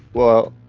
well,